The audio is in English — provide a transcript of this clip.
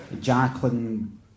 Jacqueline